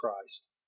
Christ